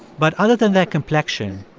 but other than their complexion,